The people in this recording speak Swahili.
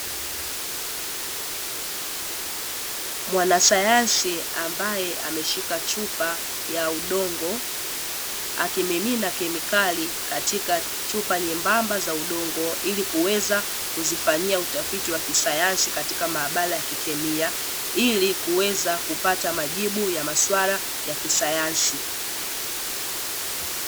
Mwanasayansi ambaye ameshika chupa ya udongo akimimina kemikali katika chupa nyembamba za udongo, ili kuweza kuzifanyia utafiti wa kisayansi katika mahabara ya kikemia ili kuweza kupata majibu ya maswali ya kisayansi.